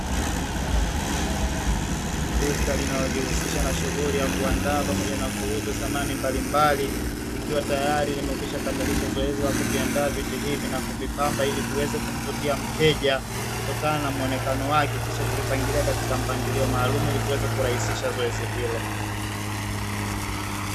Duka linalojihusisha na shughuli ya kuandaa pamoja na kuuza samani mbalimbali, likiwa tayari imeshakwisha kamilisha zoezi la kuandaa viti hivyo na kuvipamba, ili viweze kumvutia mteja kutokana na muonekano wake, na kisha kuvipangilia kwa mpangilio maalumu, ili viweze kurahisisha zoezi hilo.